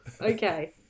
Okay